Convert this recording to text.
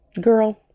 girl